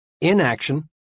Inaction